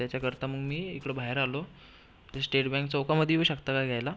त्याच्याकरता मग मी इकडं बाहेर आलो स्टेट बँक चौकामध्ये येऊ शकता का घ्यायला